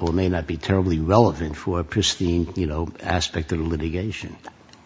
or may not be terribly relevant for a pristine you know aspect of the litigation